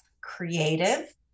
creative